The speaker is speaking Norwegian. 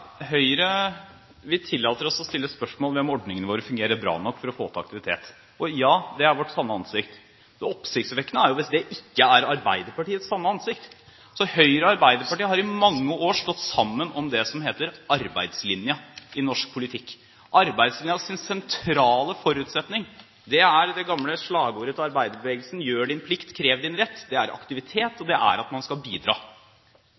Høyre tillater seg å stille spørsmål ved om ordningene våre fungerer bra nok for å få opp aktiviteten. Ja, det er vårt sanne ansikt. Det oppsiktsvekkende er hvis dette ikke er Arbeiderpartiets sanne ansikt. Høyre og Arbeiderpartiet har i mange år stått sammen om det som heter arbeidslinjen i norsk politikk. Arbeidslinjens sentrale forutsetning er det gamle slagordet til arbeiderbevegelsen: Gjør din plikt, krev din rett – det er aktivitet, og det er at man skal bidra.